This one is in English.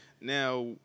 Now